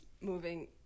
moving